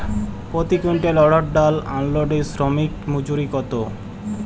প্রতি কুইন্টল অড়হর ডাল আনলোডে শ্রমিক মজুরি কত?